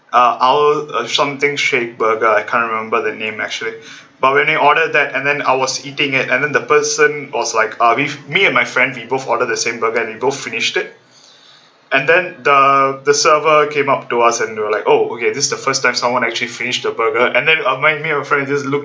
uh our uh something shake burger I can't remember the name actually but when we order that and then I was eating it and then the person was like uh with me and my friend we both order the same burger we both finished it and then the the server came up to us and we were like oh okay this is the first time someone actually finished the burger and then uh me and my friend were just look